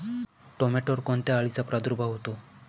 टोमॅटोवर कोणत्या अळीचा प्रादुर्भाव होतो?